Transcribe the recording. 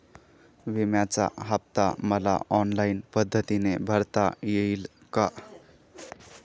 विम्याचा हफ्ता मला ऑनलाईन पद्धतीने भरता येईल का?